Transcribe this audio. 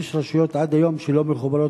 יש רשויות שעד היום לא מחוברות,